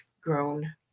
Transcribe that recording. grown